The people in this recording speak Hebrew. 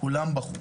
כולם בכו